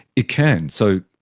it can, so